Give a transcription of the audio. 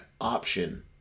option